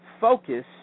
focus